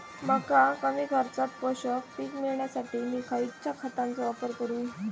मका कमी खर्चात पोषक पीक मिळण्यासाठी मी खैयच्या खतांचो वापर करू?